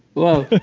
well,